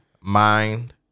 mind